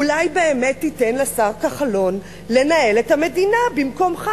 אולי באמת תיתן לשר כחלון לנהל את המדינה במקומך.